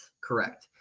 Correct